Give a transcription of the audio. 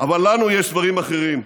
אבל לנו יש דברים אחרים: